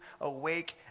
awake